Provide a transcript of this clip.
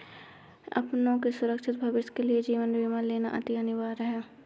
अपनों के सुरक्षित भविष्य के लिए जीवन बीमा लेना अति अनिवार्य है